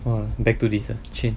!wah! back to this chain